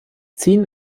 ziehen